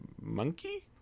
monkey